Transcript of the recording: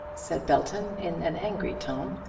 said belton, in an angry tone.